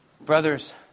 Brothers